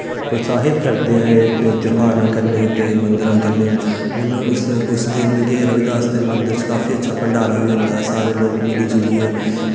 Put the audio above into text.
प्रोत्साहित करदे ऐं एह् ध्यारां कन्नै ते मन्दरां कन्नै हून उस दिन गै रविदास दे मन्दर च काफी अच्छा भण्डारा बी होंदा ऐ सारे लोग मिली जुलियै